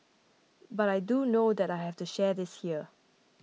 but I do know that I have to share this here